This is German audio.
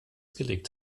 gelegt